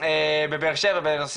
ואגב יש שיעורים באוניברסיטה שהם מוקדשים,